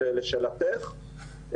לשאלתך,